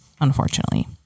unfortunately